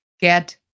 Get